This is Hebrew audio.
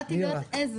באתי להיות לעזר.